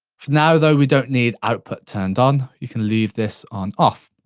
now though, we don't need output turned on. you can leave this on off.